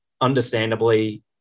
understandably